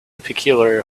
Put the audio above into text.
peculiar